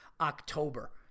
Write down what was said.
October